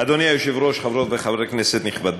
חבר הכנסת מקלב.